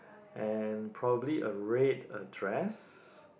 and probably a red uh dress